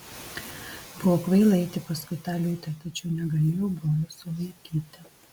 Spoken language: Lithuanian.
buvo kvaila eiti paskui tą liūtę tačiau negalėjau brolio sulaikyti